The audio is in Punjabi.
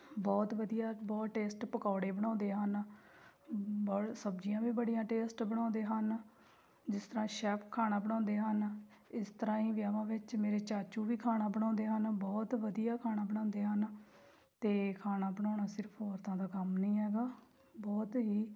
ਬਹੁਤ ਵਧੀਆ ਬਹੁਤ ਟੇਸਟ ਪਕੌੜੇ ਬਣਾਉਂਦੇ ਹਨ ਬ ਸਬਜ਼ੀਆਂ ਵੀ ਬੜੀਆਂ ਟੇਸਟ ਬਣਾਉਂਦੇ ਹਨ ਜਿਸ ਤਰ੍ਹਾਂ ਸ਼ੈਫ ਖਾਣਾ ਬਣਾਉਂਦੇ ਹਨ ਇਸ ਤਰ੍ਹਾਂ ਹੀ ਵਿਆਹਾਂ ਵਿੱਚ ਮੇਰੇ ਚਾਚੂ ਵੀ ਖਾਣਾ ਬਣਾਉਂਦੇ ਹਨ ਉਹ ਬਹੁਤ ਵਧੀਆ ਖਾਣਾ ਬਣਾਉਂਦੇ ਹਨ ਅਤੇ ਖਾਣਾ ਬਣਾਉਣਾ ਸਿਰਫ਼ ਔਰਤਾਂ ਦਾ ਕੰਮ ਨਹੀਂ ਹੈਗਾ ਬਹੁਤ ਹੀ